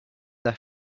that